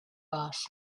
boss